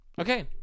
Okay